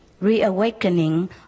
reawakening